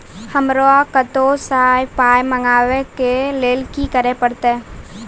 हमरा कतौ सअ पाय मंगावै कऽ लेल की करे पड़त?